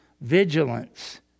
vigilance